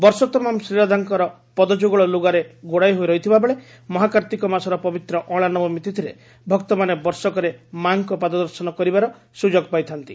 ବର୍ଷ ତମାମ୍ ଶ୍ରୀରାଧାଙ୍କ ପଦ ଯୁଗଳ ଲୁଗାରେ ଘୋଡାଇ ହୋଇ ରହିଥିବା ବେଳେ ମହାକାର୍ଭିକ ମାସର ପବିତ୍ର ଅଁଳା ନବମୀ ତିଥିରେ ଭକ୍ତମାନେ ବର୍ଷକରେ ମାଙ୍କ ପାଦ ଦର୍ଶନ କରିବାର ସୁଯୋଗ ପାଇଥାନ୍ତି